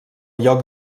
lloc